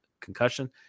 concussion